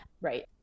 Right